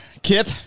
Kip